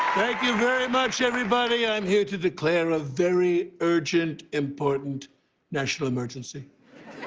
thank you very much, everybody. i'm here to declare a very urgent, important national emergency.